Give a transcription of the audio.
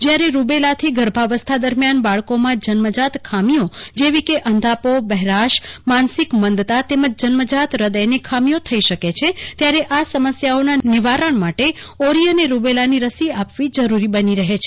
જ્યારે રૂબેલાથી ગર્ભાવ્યસ્થા દરમિયાન બાળકોમાં જન્મજાત ખામીઓ જેવી કે અંધાપો બહેરાશ માનસિક મંદતા તેમજ જન્મજાત હૃદયની ખામીઓથઈ શકે છે ત્યારે આ સમસ્યાઓના નિવારણ માટે ઓરી અને રૂબેલાની રસી આપવી જરૂરી બની રહે છે